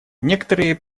некоторые